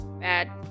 bad